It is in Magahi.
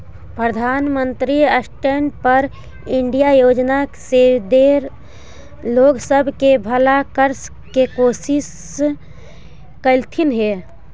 प्रधानमंत्री स्टैन्ड अप इंडिया योजना से ढेर लोग सब के भला करे के कोशिश कयलथिन हे